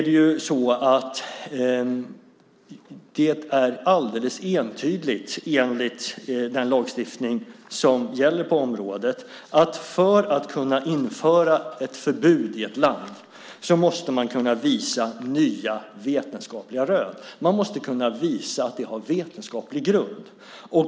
Det är alldeles entydigt enligt den lagstiftning som gäller på området att för att kunna införa ett förbud i ett land måste man kunna visa nya vetenskapliga rön. Man måste kunna visa att det har en vetenskaplig grund.